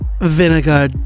vinegar